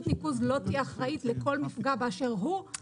ניקוז לא תהיה אחראית לכל מפגע באשר הוא,